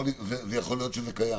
יכול להיות שזה קיים.